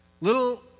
little